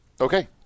Okay